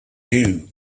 too